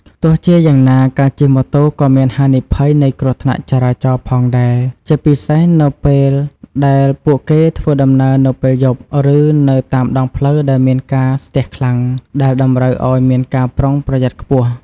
ទោះជាយ៉ាងណា ការជិះម៉ូតូក៏មានហានិភ័យនៃគ្រោះថ្នាក់ចរាចរណ៍ផងដែរ ជាពិសេសនៅពេលដែលពួកគេធ្វើដំណើរនៅពេលយប់ឬនៅតាមដងផ្លូវដែលមានការស្ទះខ្លាំង ដែលតម្រូវឱ្យមានការប្រុងប្រយ័ត្នខ្ពស់។